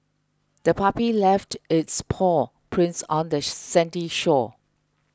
the puppy left its paw prints on the sandy shore